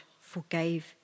forgave